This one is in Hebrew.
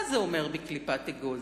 מה זה אומר בקליפת אגוז?